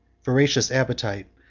voracious appetite,